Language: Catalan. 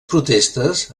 protestes